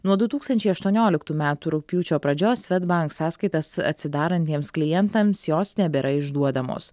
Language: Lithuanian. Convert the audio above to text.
nuo du tūkstančiai aštuonioliktų metų rugpjūčio pradžios svedbank sąskaitas atsidarantiems klientams jos nebėra išduodamos